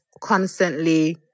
constantly